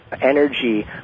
energy